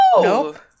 Nope